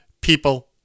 People